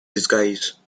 disguise